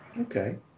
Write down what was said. Okay